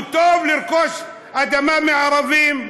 הוא טוב לרכוש אדמה מערבים,